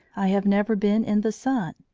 i have never been in the sun,